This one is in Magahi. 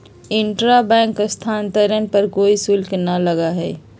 इंट्रा बैंक स्थानांतरण पर कोई शुल्क ना लगा हई